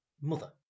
mother